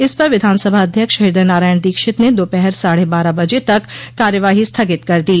इस पर विधानसभा अध्यक्ष हृदय नारायण दीक्षित ने दोपहर साढ़े बारह बजे तक कार्यवाही स्थगित कर दी